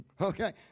okay